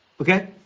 okay